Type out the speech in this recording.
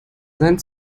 sein